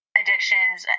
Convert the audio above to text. addictions